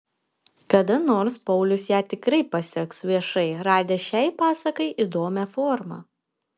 kada nors paulius ją tikrai paseks viešai radęs šiai pasakai įdomią formą